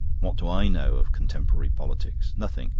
what do i know of contemporary politics? nothing.